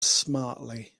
smartly